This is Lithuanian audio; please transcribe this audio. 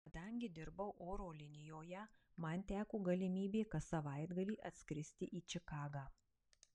kadangi dirbau oro linijoje man teko galimybė kas savaitgalį atskristi į čikagą